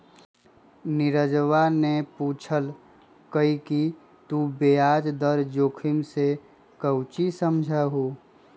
नीरजवा ने पूछल कई कि तू ब्याज दर जोखिम से काउची समझा हुँ?